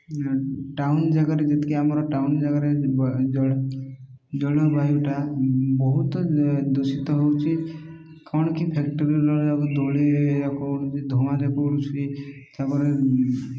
town ଜାଗାରେ ଯେତିକି ଆମର ଟାଉନ୍ ଜାଗାରେ ଜଳ ଜଳବାୟୁଟା ବହୁତ ଦୂଷିତ ହେଉଛି କ'ଣ କି ଫ୍ୟାକ୍ଟରୀଯାକ ଧୂଳିଯାକ ଉଡ଼ୁଛି ଧୂଆଁଯାକ ଉଡ଼ୁଛି ତା'ପରେ